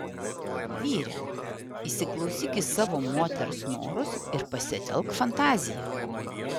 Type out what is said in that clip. vyre įsiklausyk į savo moters norus ir pasitelk fantaziją